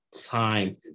time